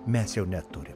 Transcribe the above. mes jau neturim